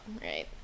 right